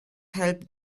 help